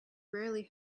rarely